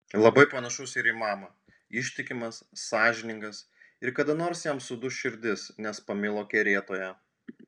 labai panašus ir į mamą ištikimas sąžiningas ir kada nors jam suduš širdis nes pamilo kerėtoją